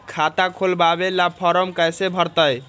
खाता खोलबाबे ला फरम कैसे भरतई?